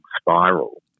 spiral